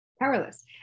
Powerless